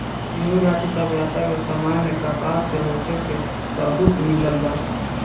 सिंधुघाटी सभ्यता के समय में कपास के होखे के सबूत मिलल बा